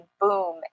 boom